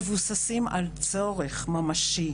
במדינה הזאת מסווגים על ידי המשטרה,